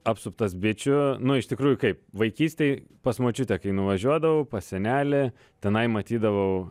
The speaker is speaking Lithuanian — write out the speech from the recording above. apsuptas bičių nu iš tikrųjų kaip vaikystėj pas močiutę kai nuvažiuodavau pas senelį tenai matydavau